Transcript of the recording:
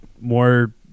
more